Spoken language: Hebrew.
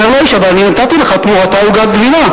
אומר לו האיש: אבל נתתי לך תמורתה עוגת גבינה.